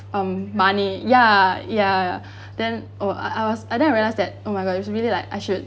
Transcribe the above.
um money ya ya then oh I was I then did realize that oh my god you should really like I should